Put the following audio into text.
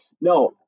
No